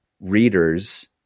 readers